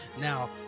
Now